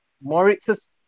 Moritz's